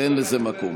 ואין לזה מקום.